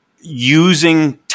using